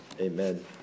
Amen